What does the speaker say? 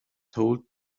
told